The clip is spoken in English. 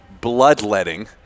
bloodletting